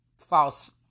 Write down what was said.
false